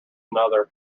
another